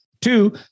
Two